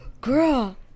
girl